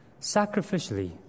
sacrificially